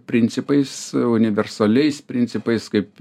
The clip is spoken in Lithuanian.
principais universaliais principais kaip